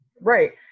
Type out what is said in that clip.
Right